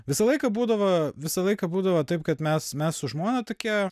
visą laiką būdavo visą laiką būdavo taip kad mes mes su žmona tokia